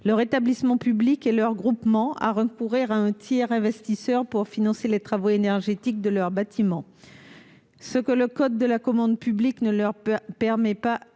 leurs établissements publics et leurs groupements à recourir à un tiers investisseur pour financer les travaux énergétiques de leurs bâtiments, ce que le code de la commande publique ne permet pas